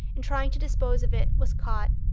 in trying to dispose of it, was caught.